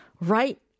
right